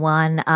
one